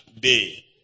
day